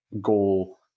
goal